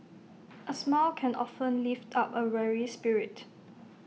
A smile can often lift up A weary spirit